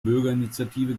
bürgerinitiative